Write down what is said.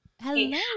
Hello